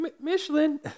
Michelin